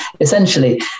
essentially